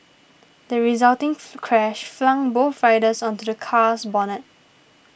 the resulting crash flung both riders onto the car's bonnet